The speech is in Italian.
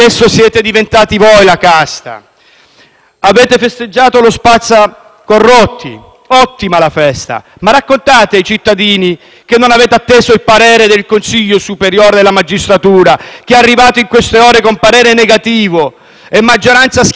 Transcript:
Avete festeggiato lo "spazzacorrotti": ottima la festa, ma raccontate ai cittadini che non avete atteso il parere del Consiglio superiore della magistratura arrivato in queste ore: un parere negativo, espresso a maggioranza schiacciante, con 17 voti a favore,